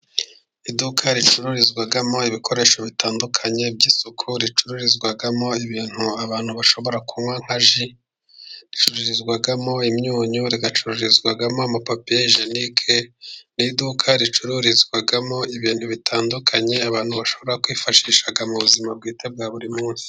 Iduka ricururizwamo ibikoresho bitandukanye by'isoko ricururizwamo ibintu abantu bashobora kunywa nka ji, ricururizwamo imyunyu, rigacururizwamo ama papiyejenike, ni iduka ricururizwamo ibintu bitandukanye abantu bashobora kwifashisha mu buzima bwite bwa buri munsi.